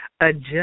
Adjust